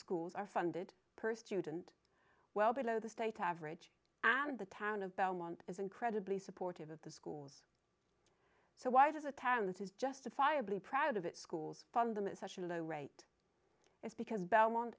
schools are funded per student well below the state average and the town of belmont is incredibly supportive of the schools so why does a town that is justifiably proud of its schools fund them in such a low rate is because belmont